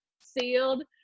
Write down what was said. sealed